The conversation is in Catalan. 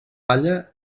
palla